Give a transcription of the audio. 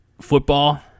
Football